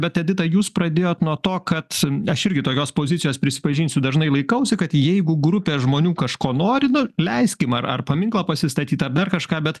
bet edita jūs pradėjot nuo to kad aš irgi tokios pozicijos prisipažinsiu dažnai laikausi kad jeigu grupė žmonių kažko nori nu leiskim ar ar paminklą pasistatyt ar dar kažką bet